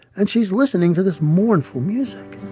and she's listening to this mournful music